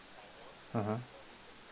mmhmm